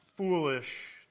foolish